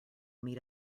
meet